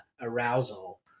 arousal